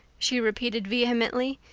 she repeated vehemently.